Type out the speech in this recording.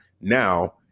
Now